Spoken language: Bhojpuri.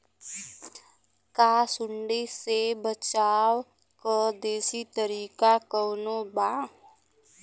का सूंडी से बचाव क देशी तरीका कवनो बा?